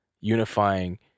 unifying